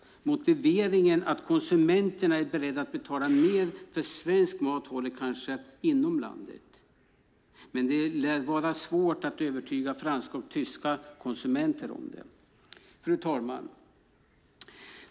Motiveringen att konsumenterna är beredda att betala mer för svensk mat håller kanske inom landet, men det lär vara svårt att övertyga franska eller tyska konsumenter om det. Fru talman!